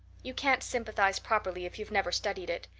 you can't sympathize properly if you've never studied it.